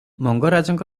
ମଙ୍ଗରାଜଙ୍କ